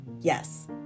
Yes